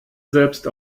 selbst